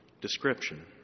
description